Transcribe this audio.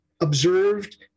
observed